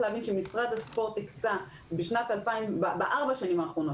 משרד הספורט הקצה בארבע השנים האחרונות